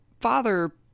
father